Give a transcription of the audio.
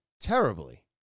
terribly